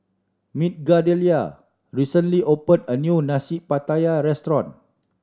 Migdalia recently opened a new Nasi Pattaya restaurant